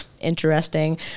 interesting